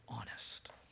honest